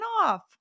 off